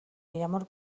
ямар